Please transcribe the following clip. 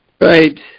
right